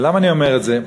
ולמה אני אומר את זה?